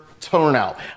turnout